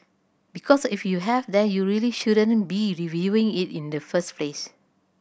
because if you have then you really shouldn't be reviewing it in the first place